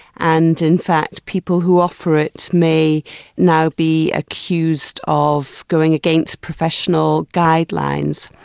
and in fact people who offer it may now be accused of going against professional guidelines.